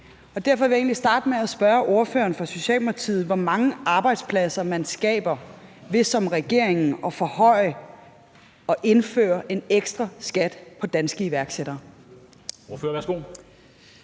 Derfor vil jeg egentlig starte med at spørge ordføreren for Socialdemokratiet, hvor mange arbejdspladser man skaber ved som regering at forhøje skatten og indføre en ekstra skat på danske iværksættere. Kl.